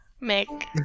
Make